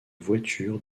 voiture